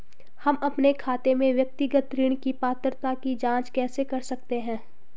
हम अपने खाते में व्यक्तिगत ऋण की पात्रता की जांच कैसे कर सकते हैं?